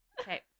Okay